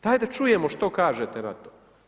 Daj da čujemo što kažete na to.